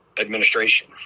administration